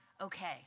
okay